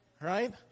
Right